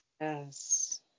Yes